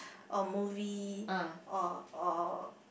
or movie or or